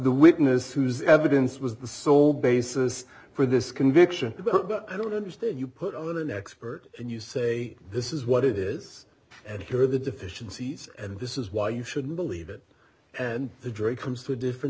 the witness whose evidence was the sole basis for this conviction i don't understand you put on an expert and you say this is what it is and here are the deficiencies and this is why you shouldn't believe it and the jury comes to a different